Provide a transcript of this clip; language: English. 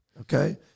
Okay